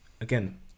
again